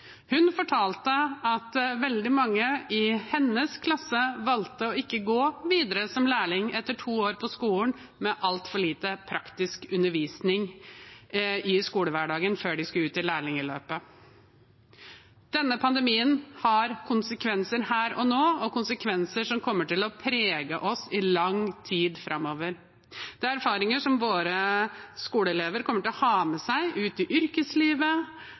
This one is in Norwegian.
Hun fortalte at veldig mange i hennes klasse valgte ikke å gå videre som lærling etter to år på skolen med altfor lite praktisk undervisning i skolehverdagen før de skulle ut i lærlingløpet. Denne pandemien har konsekvenser her og nå og konsekvenser som kommer til å prege oss i lang tid framover. Det er erfaringer som våre skoleelever kommer til å ha med seg ut i yrkeslivet